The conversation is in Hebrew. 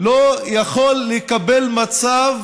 לא יכול לקבל מצב